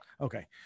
okay